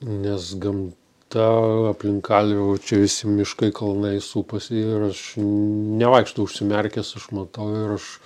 nes gamta aplink kalvį va čia visi miškai kalnai supasi ir aš nevaikštau užsimerkęs aš matau ir aš